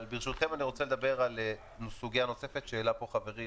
אבל ברשותכם אני רוצה לדבר על סוגיה נוספת שהעלה פה חברי,